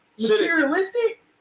Materialistic